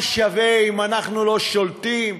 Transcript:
מה שווה אם אנחנו לא שולטים,